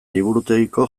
liburutegiko